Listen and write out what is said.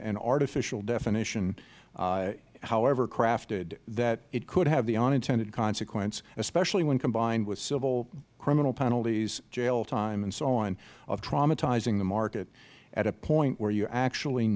an artificial definition however crafted that it could have the unintended consequence especially when combined with civil criminal penalties jail time and so on of traumatizing the market at a point where you actually